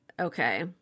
okay